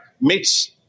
meets